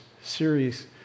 series